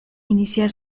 iniciar